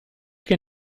che